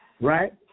right